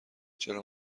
چرا